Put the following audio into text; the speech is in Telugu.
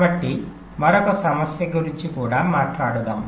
కాబట్టి మరొక సమస్య గురించి కూడా మాట్లాడదాం